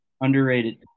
underrated